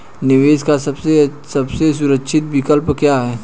निवेश का सबसे सुरक्षित विकल्प क्या है?